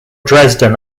dresden